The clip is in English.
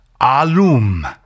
alum